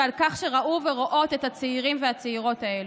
ועל כך שראו ורואות את הצעירים והצעירות האלה: